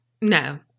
No